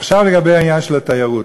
עכשיו, לגבי עניין התיירות.